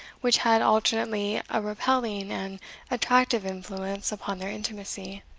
which had alternately a repelling and attractive influence upon their intimacy.